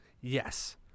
Yes